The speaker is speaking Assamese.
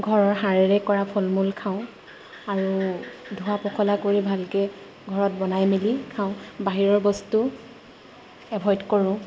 ঘৰৰ সাৰেৰে কৰা ফল মূল খাওঁ আৰু ধোৱা পখলা কৰি ভালকে ঘৰত বনাই মেলি খাওঁ বাহিৰৰ বস্তু এভইড কৰোঁ